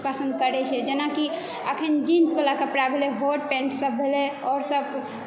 पसन्द करै छै जेना कि अखन जीन्स वाला कपड़ा भेलै हॉट पैन्ट सभ भेलै आओर सभ